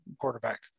quarterback